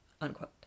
Unquote